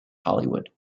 hollywood